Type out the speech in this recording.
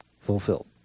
fulfilled